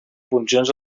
funcions